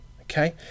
okay